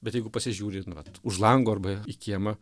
bet jeigu pasižiūri nu vat už lango arba į kiemą